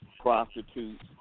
prostitutes